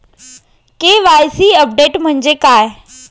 KYC update म्हणजे काय?